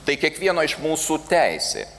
tai kiekvieno iš mūsų teisė